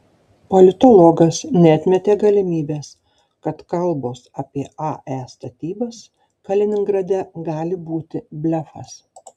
politologas neatmetė galimybės kad kalbos apie ae statybas kaliningrade gali būti blefas